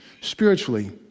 spiritually